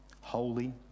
holy